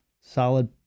solid